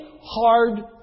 hard